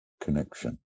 connection